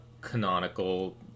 canonical